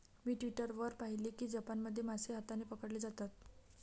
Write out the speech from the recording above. मी Twitter वर पाहिले की जपानमध्ये मासे हाताने पकडले जातात